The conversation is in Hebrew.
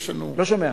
יש לנו, לא שומע.